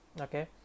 Okay